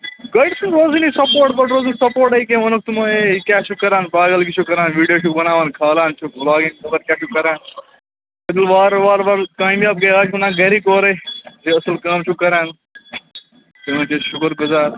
گَرِیُک چھُ روزانٕے سَپوٹ گۅڈٕ روٗد نہٕ سَپوٹٕے کیٚنٛہہ ووٚنُک تِمے یہِ کیٛاہ چھُکھ کَران پاگل گی چھُکھ کَران ویڑیو چھُکھ بناوان کھالان چھُکھ بُلاگِنگ خبر کیٛاہ چھُکھ کَران پَتہٕ ییٚلہِ وار وار وار کامیاب گٔے از چھِ ونان گَرِکۍ اورے زِ اصٕل کٲم چھُکھ کَران چٲنۍ چھِ أسۍ شُکُر گُزار